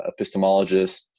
epistemologist